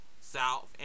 South